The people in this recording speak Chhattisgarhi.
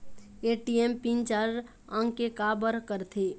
ए.टी.एम पिन चार अंक के का बर करथे?